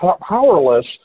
powerless